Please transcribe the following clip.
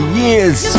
years